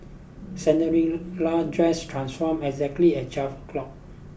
Cinderella dress transformed exactly at twelve o'clock